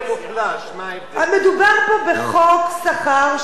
מדובר פה בחוק שכר שווה לעובד